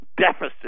deficit